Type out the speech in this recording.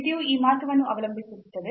ಮಿತಿಯು ಈ ಮಾರ್ಗವನ್ನು ಅವಲಂಬಿಸಿರುತ್ತದೆ